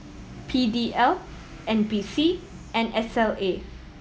P D L N P C and S L A